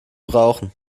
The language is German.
brauchen